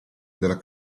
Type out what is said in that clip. della